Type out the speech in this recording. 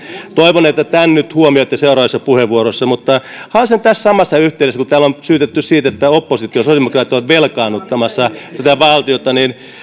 toivon että tämän nyt huomioitte seuraavissa puheenvuoroissa haastan tässä samassa yhteydessä kun täällä on syytetty siitä että oppositio sosiaalidemokraatit ovat velkaannuttamassa tätä valtiota